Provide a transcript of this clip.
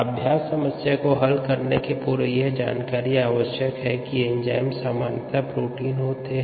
अभ्यास समस्या को हल करने से पूर्व ये जानकारी आवश्यक है कि एंजाइम सामान्यतः प्रोटीन होते हैं